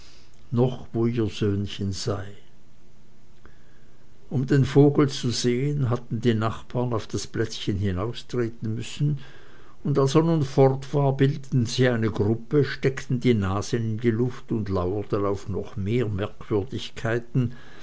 noch wo ihr söhnchen sei um den vogel zu sehen hatten die nachbaren auf das plätzchen hinaustreten müssen und als er nun fort war bildeten sie eine gruppe steckten die nasen in die luft und lauerten auf noch mehr merkwürdigkeiten